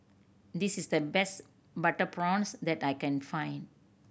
this is the best butter prawns that I can find